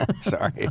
Sorry